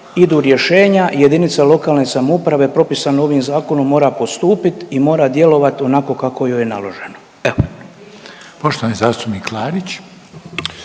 idu rješenja i jedinice lokalne samouprave propisane ovim zakonom mora postupit i mora djelovat onako kako joj je naloženo.